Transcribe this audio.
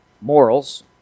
morals